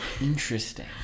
interesting